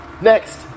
Next